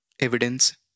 Evidence